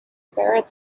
ferrets